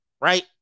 right